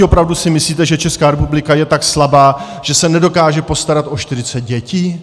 Opravdu si myslíte, že Česká republika je tak slabá, že se nedokáže postarat o 40 dětí?